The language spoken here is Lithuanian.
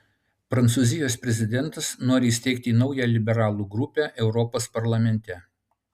prancūzijos prezidentas nori įsteigti naują liberalų grupę europos parlamente